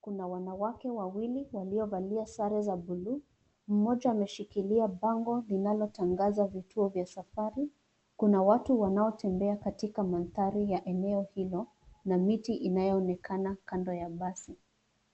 Kuna wanawake wawili waliovalia sare za bluu. Mmoja ameshikilia bango linalotangaza vituo vya safari. Kuna watu wanaotembea katika mandhari ya eneo hilo, na miti inayoonekana kando ya basi.